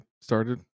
started